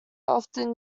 often